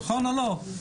נכון או לא?